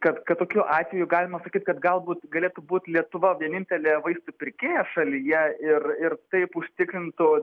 kad kad tokiu atveju galima sakyt kad galbūt galėtų būt lietuva vienintelė vaistų pirkėja šalyje ir ir taip užtikrintų